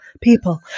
people